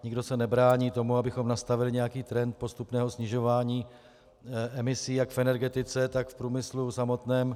Nikdo se nebrání tomu, abychom nastavili nějaký trend postupného snižování emisí jak v energetice, tak v průmyslu samotném.